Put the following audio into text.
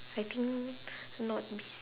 I think not be s~